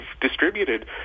distributed